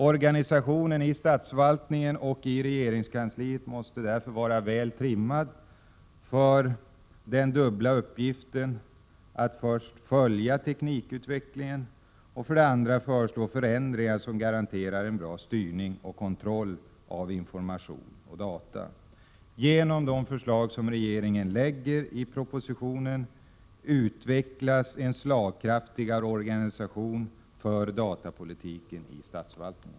Organisationen i statsförvaltningen och i regeringskansliet måste därför vara väl trimmad för den dubbla uppgiften att för det första följa teknikutvecklingen och för det andra föreslå förändringar, som garanterar en bra styrning och kontroll av information och data. Genom de förslag som regeringen lägger fram i propositionen utvecklas en slagkraftigare organisation för datapolitiken i statsförvaltningen.